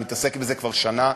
הוא מתעסק בזה כבר שנה,